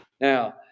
Now